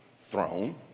throne